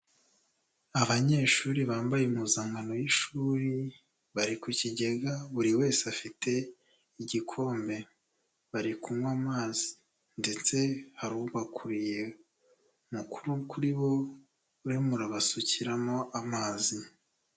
Abanyeshuri bambaye impuzankano y'ishuri bari ku kigega buri wese afite igikombe, bari kunywa amazi ndetse hari ubakuriye mukuru kuri bo urimo urabasukiramo amazi.